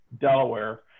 delaware